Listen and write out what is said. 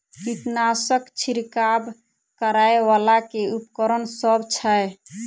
कीटनासक छिरकाब करै वला केँ उपकरण सब छै?